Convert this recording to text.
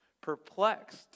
perplexed